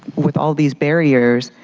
with all these barriers,